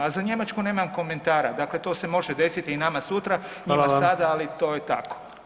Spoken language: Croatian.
A za Njemačku nemam komentara, dakle to se može desiti i nama sutra [[Upadica: Hvala vam]] [[Govornik se ne razumije]] sada, ali to je tako.